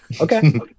Okay